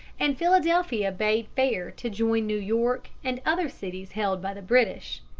and philadelphia bade fair to join new york and other cities held by the british.